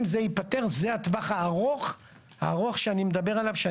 אם זה ייפתר, זה הטווח שאני מדבר עליו.